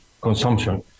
consumption